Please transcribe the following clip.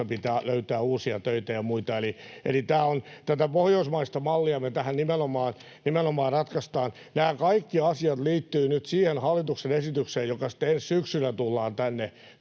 pitää löytää uusia töitä ja muita. Eli tätä pohjoismaista mallia me tähän nimenomaan haetaan. Nämä kaikki asiat liittyvät nyt siihen hallituksen esitykseen, joka sitten ensi syksynä tuodaan tänne